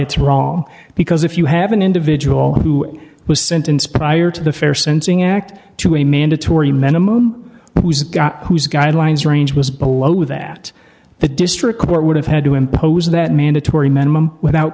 it's wrong because if you have an individual who was sentenced prior to the fair sensing act to a mandatory minimum whose guidelines range was below that the district court would have had to impose that mandatory minimum without